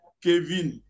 Kevin